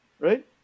Right